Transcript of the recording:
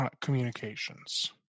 communications